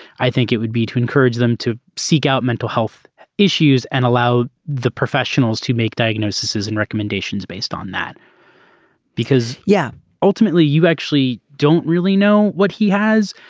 i think it would be to encourage them to seek out mental health issues and allow the professionals to make diagnosis and recommendations based on that because yeah ultimately you actually don't really know what he has.